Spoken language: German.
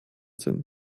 sind